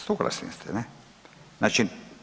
Suglasni ste ne, znači.